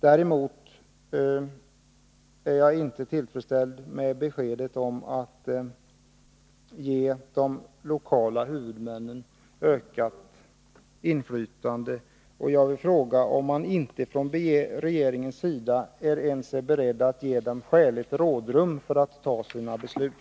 Däremot är jag inte nöjd med beskedet om de lokala huvudmännens inflytande. Jag vill fråga om man inte ens från regeringens sida är beredd att ge dem skäligt rådrum för att fatta sina beslut.